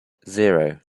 zero